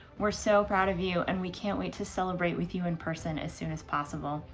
we're so proud of you, and we can't wait to celebrate with you in person as soon as possible.